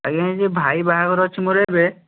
ଆଜ୍ଞା ଏହି ଯେଉଁ ଭାଇ ବାହାଘର ଅଛି ମୋର ଏବେ